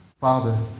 Father